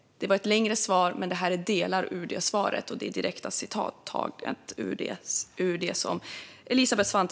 Det här är citat ut ett längre svar.